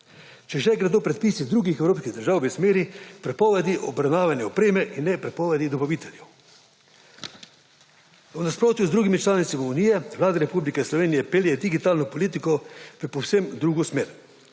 če že gredo predpisi drugih evropskih držav v smeri prepovedi obravnavane opreme in ne prepovedi dobaviteljev. V nasprotju z drugimi članicami Unije Vlada Republika Slovenije pelje digitalno politiko v povsem drugo smer.